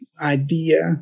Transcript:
idea